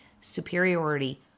superiority